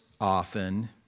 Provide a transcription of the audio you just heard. often